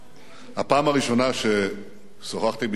הפעם הראשונה ששוחחתי עם יצחק רבין